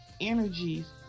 energies